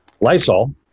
Lysol